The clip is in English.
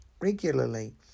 regularly